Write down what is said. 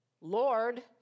Lord